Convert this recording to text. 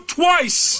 twice